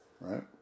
Right